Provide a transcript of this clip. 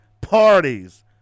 parties